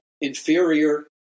inferior